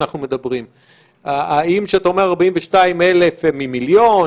האם כשאתה אומר 42,000 הם ממיליון?